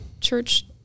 church